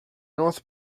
north